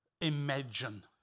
imagine